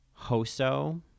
Hoso